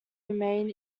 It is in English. remain